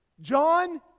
John